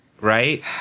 Right